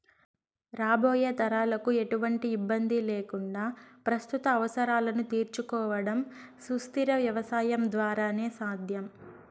రాబోయే తరాలకు ఎటువంటి ఇబ్బంది లేకుండా ప్రస్తుత అవసరాలను తీర్చుకోవడం సుస్థిర వ్యవసాయం ద్వారానే సాధ్యం